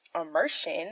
immersion